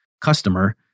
customer